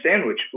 sandwich